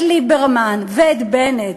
את ליברמן ואת בנט.